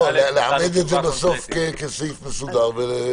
ולהביא את זה בסוף כסעיף מסודר.